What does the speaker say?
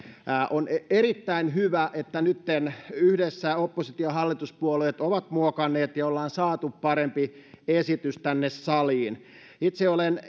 on erittäin hyvä että nytten yhdessä oppositio ja hallituspuolueet ovat sitä muokanneet ja ollaan saatu parempi esitys tänne saliin itse olen